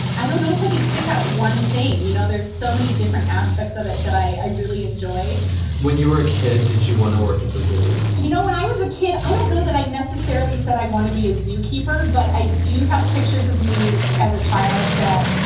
i don't know if i could pick out one thing. you know, there's so many different aspects of it that i really enjoy when you were a kid, did you want to work at the zoo? you know, when i was a kid, i don't know that i necessarily said i want to be a zookeeper, but i do have pictures of me as a child that,